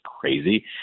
crazy